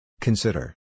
Consider